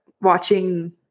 watching